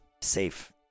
safe